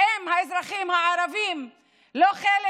האם האזרחים הערבים לא חלק